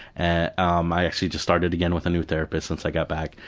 and um i actually just started again with a new therapist since i got back.